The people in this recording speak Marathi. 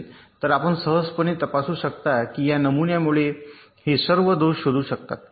तर आपण सहजपणे तपासू शकता की या नमुन्यामुळे हे सर्व दोष शोधू शकतात कारण